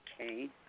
Okay